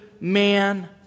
man